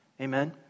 Amen